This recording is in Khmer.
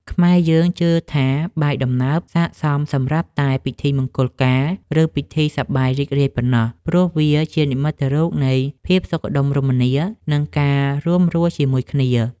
ខ្មែរយើងជឿថាបាយដំណើបសក្តិសមសម្រាប់តែពិធីមង្គល ឬពិធីសប្បាយរីករាយប៉ុណ្ណោះ ព្រោះវាជានិមិត្តរូបនៃភាពសុខដុមរមនា និងការរួមរស់ជាមួយគ្នា។